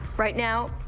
right now,